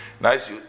nice